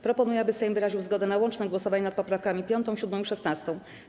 Proponuję, aby Sejm wyraził zgodę na łączne głosowanie nad poprawkami 5., 7. i 16.